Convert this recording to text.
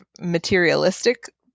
materialistic